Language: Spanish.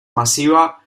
masiva